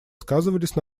сказались